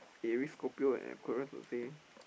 Aries Scorpio and Aquarius would say